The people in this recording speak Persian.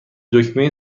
دکمه